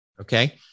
Okay